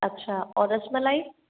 अच्छा और रसमलाई